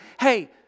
Hey